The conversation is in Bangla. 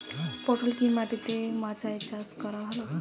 পটল কি মাটি বা মাচায় চাষ করা ভালো?